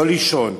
לא לישון,